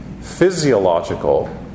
physiological